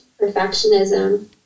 perfectionism